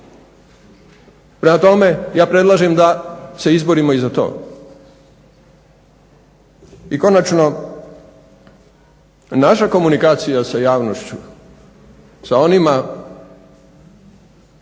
Prema tome, ja predlažem da se izborimo i za to. I konačno, naša komunikacija sa javnošću, sa onima